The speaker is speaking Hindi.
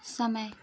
समय